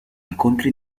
incontri